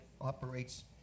operates